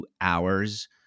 hours